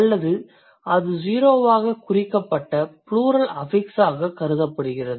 அல்லது அது ஸீரோவாகக் குறிக்கப்பட்ட ப்ளூரல் அஃபிக்ஸ் ஆகக் கருதப்படுகிறது